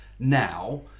Now